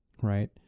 right